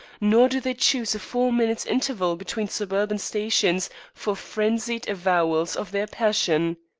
nor do they choose a four-minutes' interval between suburban stations for frenzied avowals of their passion.